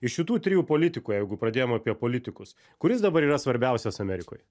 iš šitų trijų politikų jeigu pradėjom apie politikus kuris dabar yra svarbiausias amerikoj